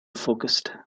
focused